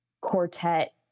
quartet